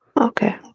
Okay